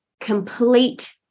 complete